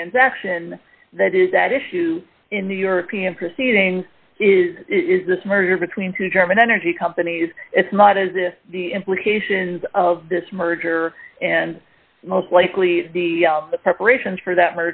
transaction that is at issue in new york p and proceedings is is this merger between two german energy companies it's not is this the implications of this merger and most likely the preparations for that